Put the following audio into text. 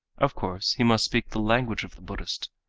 of course he must speak the language of the buddhist,